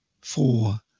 four